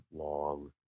Long